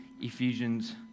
Ephesians